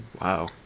Wow